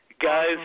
Guys